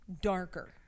darker